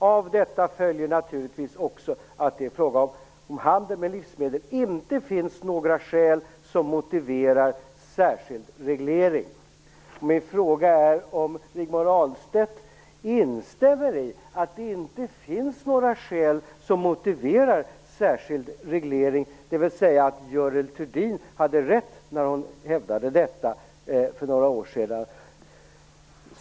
Av detta följer naturligtvis också att det i fråga om handel med livsmedel inte finns några skäl som motiverar särskild reglering. Min fråga är: Instämmer Rigmor Ahlstedt i att det inte finns några skäl som motiverar särskild reglering, dvs. att Görel Thurdin hade rätt när hon hävdade detta för några år sedan?